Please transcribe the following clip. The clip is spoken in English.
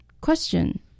Question